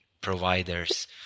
providers